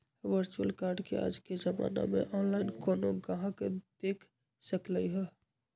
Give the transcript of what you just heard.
virtual card के आज के जमाना में ऑनलाइन कोनो गाहक देख सकलई ह